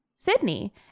Sydney